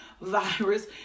virus